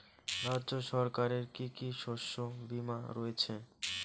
রাজ্য সরকারের কি কি শস্য বিমা রয়েছে?